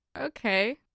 okay